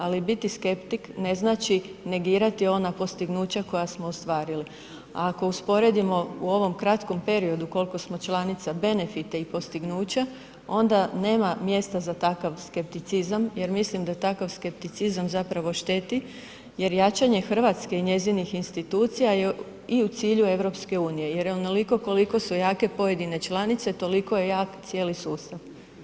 Ali biti skeptik ne znači negirati ona postignuća koja smo ostvarili, a ako usporedimo u ovom kratkom periodu koliko smo članica, benefite i postignuća, onda nema mjesta za takav skepticizam jer mislim da takav skepticizam zapravo šteti jer jačanje Hrvatske i njezinih institucija je u i u cilju EU jer onoliko koliko su jake pojedine članice, toliko je jak cijeli sustav.